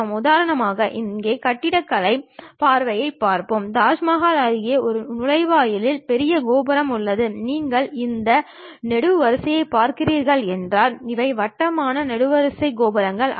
உதாரணமாக இங்கே கட்டிடக்கலை பார்வையைப் பார்ப்போம் தாஜ்மஹால் அருகே ஒரு நுழைவாயில் பெரிய கோபுரம் உள்ளது நீங்கள் இந்த நெடுவரிசைகளைப் பார்க்கிறீர்கள் என்றால் இவை வட்டமான நெடுவரிசைக் கோபுரங்கள் அல்ல